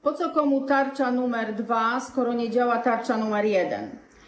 Po co komu tarcza nr 2, skoro nie działa tarcza nr 1?